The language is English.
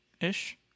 ish